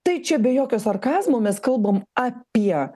tai čia be jokio sarkazmo mes kalbam apie